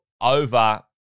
over